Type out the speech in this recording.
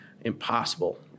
impossible